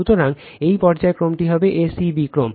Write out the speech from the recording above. সুতরাং এই পর্যায় ক্রমটি একইভাবে a c b ক্রম